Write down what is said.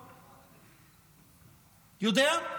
יודע?